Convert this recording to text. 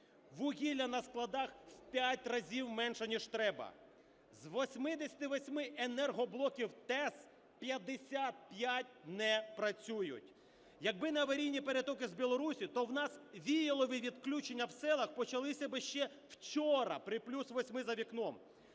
вугілля на складах в п'ять разів менше, ніж треба, з 88 енергоблоків ТЕС 55 не працюють. Якби не аварійні перетоки з Білорусі, то в нас віялові відключення в селах почалися би ще вчора при плюс восьми за вікном.